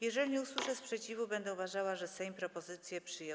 Jeżeli nie usłyszę sprzeciwu, będę uważała, że Sejm propozycję przyjął.